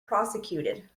prosecuted